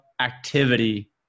activity